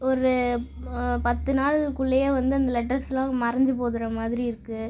ஒரு பத்து நாள் குள்ளேயே வந்து அந்த லெட்டர்ஸ்லாம் மறைஞ்சி போகிற மாதிரி இருக்குது